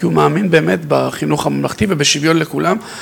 כי הוא מאמין באמת בחינוך הממלכתי ובשוויון לכולם.